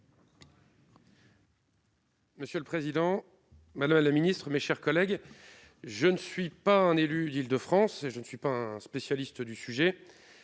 Monsieur le président, madame la ministre, mes chers collègues, je ne suis pas un élu de l'Île-de-France ni un spécialiste du sujet.